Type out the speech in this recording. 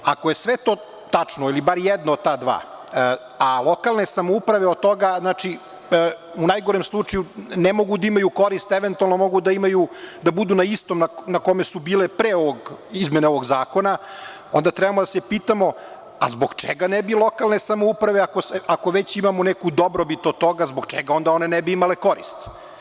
Ako je sve to tačno, ili bar jedno od ta dva, a lokalne samouprave od toga u najgorem slučaju ne mogu da imaju korist, eventualno mogu da budu na istom na čemu su bili pre izmene ovog zakona, onda trebamo da se pitamo zbog čega ne bi lokalne samouprave, ako već imamo neku dobrobit od toga, zbog čega onda one ne bi imale korist?